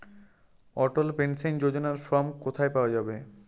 অটল pension যোজনার form কোথায় পাওয়া যাবে?